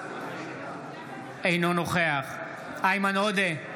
אינו נוכח איימן עודה,